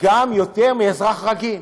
גם יותר מאזרח רגיל.